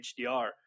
HDR